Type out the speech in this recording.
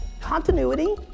Continuity